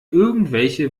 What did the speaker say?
irgendwelche